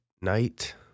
night